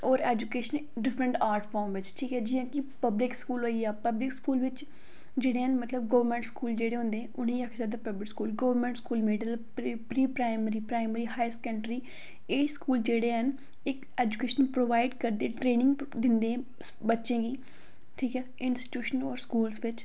होर education different art form बिच्च ठीक ऐ जि'यां कि पब्लिक स्कूल होई गेआ पब्लिक स्कूल बिच्च जेह्ड़े हैन मतलब गौरमेंट स्कूल जेह्ड़े होंदे उ'नेंगी आखेआ जंदा public school government school middle pre pre primary primary higher secondary एह् स्कूल जेह्ड़े हैन इक एजुकेशन प्रोवाईड करदे ट्रेनिंग दिंदे बच्चें गी ठीक ऐ इंस्टीट्यूशनज होर स्कूलज बिच्च